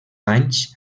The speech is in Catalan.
anys